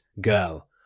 girl